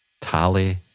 Tally